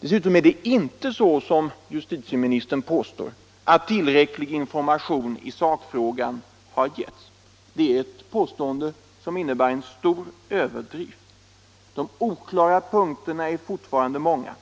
Dessutom är det inte så som justitieministern påstår, att tillräcklig information i sakfrågan har getts. Det är ett påstående som innebär en stor överdrift. De oklara punkterna är fortfarande många.